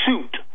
suit